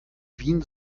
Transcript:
wien